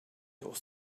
was